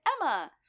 Emma